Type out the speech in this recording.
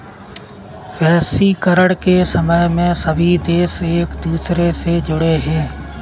वैश्वीकरण के समय में सभी देश एक दूसरे से जुड़े है